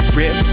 rip